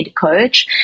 coach